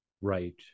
Right